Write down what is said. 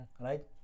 right